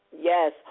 yes